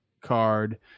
card